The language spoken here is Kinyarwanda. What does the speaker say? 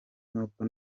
nubwo